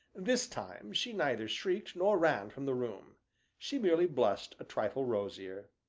this time she neither shrieked nor ran from the room she merely blushed a trifle rosier.